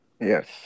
Yes